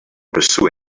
pursuing